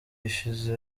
ishize